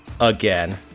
again